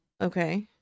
Okay